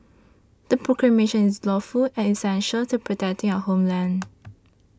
the proclamation is lawful and essential to protecting our homeland